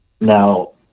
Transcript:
now